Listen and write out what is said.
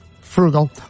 frugal